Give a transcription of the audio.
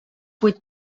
vuit